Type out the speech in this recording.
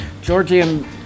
Georgian